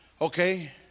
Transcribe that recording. okay